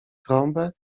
trąbę